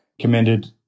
commended